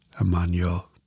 Emmanuel